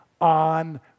on